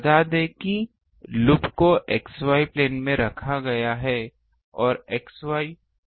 बता दें कि लूप को X Y प्लेन में रखा गया है यह X Y X Y plane है